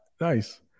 Nice